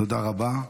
תודה רבה.